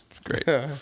Great